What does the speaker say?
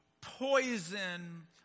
poison